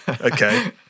Okay